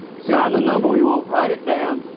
so and number we want, write it down.